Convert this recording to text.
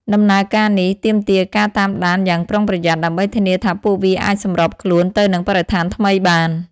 ដំណើរការនេះទាមទារការតាមដានយ៉ាងប្រុងប្រយ័ត្ន ដើម្បីធានាថាពួកវាអាចសម្របខ្លួនទៅនឹងបរិស្ថានថ្មីបាន។